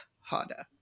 harder